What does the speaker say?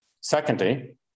Secondly